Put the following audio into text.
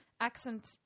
accent